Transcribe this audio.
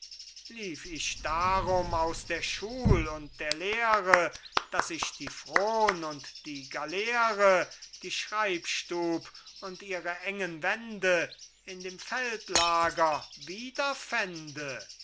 lief ich darum aus der schul und der lehre daß ich die fron und die galeere die schreibstub und ihre engen wände in dem